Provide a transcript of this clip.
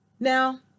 Now